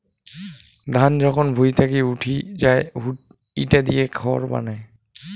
ধান যখন ভুঁই থাকি উঠি যাই ইটা দিয়ে খড় বানায়